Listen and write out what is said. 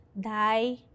die